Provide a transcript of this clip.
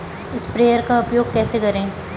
Sprayer का उपयोग कैसे करें?